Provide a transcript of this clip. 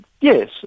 yes